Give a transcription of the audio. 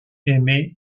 aimer